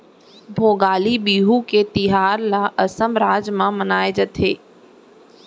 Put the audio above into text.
भोगाली बिहू के तिहार ल असम राज म मनाए जाथे